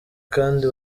kandi